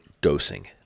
dosing